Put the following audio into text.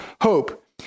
hope